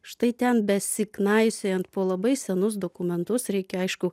štai ten besiknaisiojant po labai senus dokumentus reikia aišku